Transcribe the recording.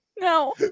No